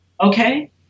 okay